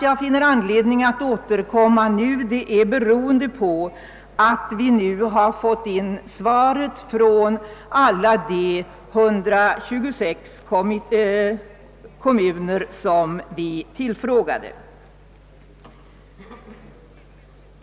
Jag finner anledning att nu återkomma eftersom vi nu har fått in svaren från alla de 126 kommuner som vi tillfrågade.